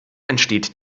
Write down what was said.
entsteht